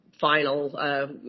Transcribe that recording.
final